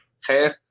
half